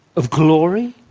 of glory?